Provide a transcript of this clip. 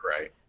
Right